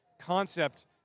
concept